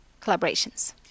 collaborations